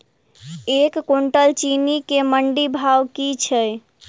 एक कुनटल चीनी केँ मंडी भाउ की छै?